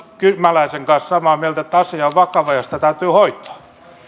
kymäläisen kanssa samaa mieltä että asia on vakava ja sitä täytyy hoitaa